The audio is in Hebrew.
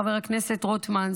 חבר הכנסת רוטמן,